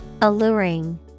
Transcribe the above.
Alluring